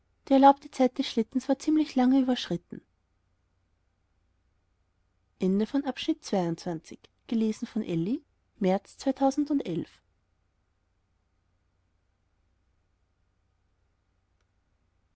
geworden die erlaubte zeit des schlittens war ziemlich lange überschritten